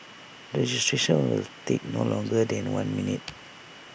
registration will take no longer than one minute